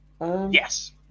Yes